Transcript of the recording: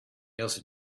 else